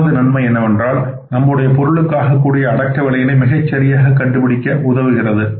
முதலாவது நன்மை என்னவென்றால் நம்முடைய பொருட்களுக்கு ஆகக்கூடிய அடக்க விலையினை மிகச் சரியாக கண்டுபிடிக்க உதவுகிறது